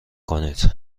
کنید